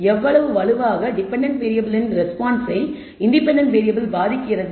எவ்வளவு வலுவாக டெபென்டென்ட் வேறியபிளின் ரெஸ்பான்சை இன்டெபென்டென்ட் வேறியபிள் பாதிக்கிறது